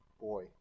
boy